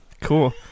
cool